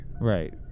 Right